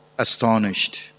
Astonished